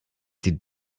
sie